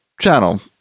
channel